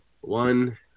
one